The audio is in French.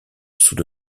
sous